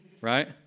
right